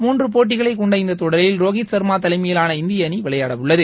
மூன்று போட்டிகளைக் கொண்ட இந்த தொடரில் ரோஹித் சர்மா தலைமையிலான இந்திய அணி விளையாட உள்ளது